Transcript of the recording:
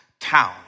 town